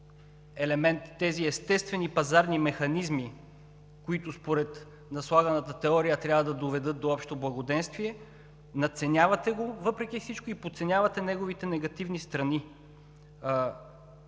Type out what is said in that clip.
тези естествени пазарни механизми, които според наслаганата теория трябва да доведат до общо благоденствие. Надценявате го въпреки всичко и подценявате неговите негативни страни.